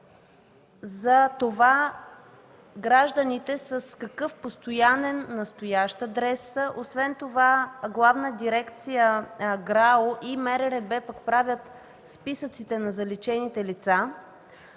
за това гражданите с какъв постоянен, настоящ адрес са, освен това Главна дирекция ГРАО и МРРБ пък правят списъците на заличените лица.